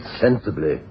sensibly